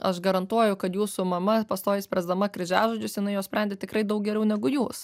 aš garantuoju kad jūsų mama pastoviai spręsdama kryžiažodžius jinai juos sprendė tikrai daug geriau negu jūs